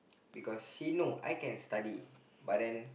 because she know I can study but then